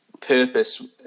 purpose